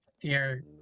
Dear